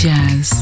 Jazz